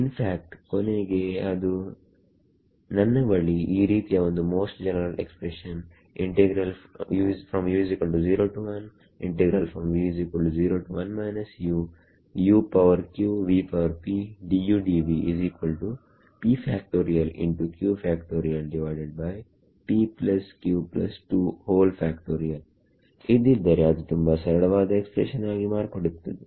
ಇನ್ fact ಕೊನೆಗೆ ಅದು ನನ್ನ ಬಳಿ ಈ ರೀತಿಯ ಒಂದು ಮೋಸ್ಟ್ ಜನರಲ್ ಎಕ್ಸ್ಪ್ರೆಷನ್ ಇದ್ದಿದ್ದರೆ ಅದು ತುಂಬಾ ಸರಳವಾದ ಎಕ್ಸ್ಪ್ರೆಷನ್ ಆಗಿ ಮಾರ್ಪಡುತ್ತದೆ